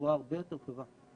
בצורה הרבה יותר טובה,